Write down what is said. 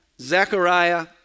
Zechariah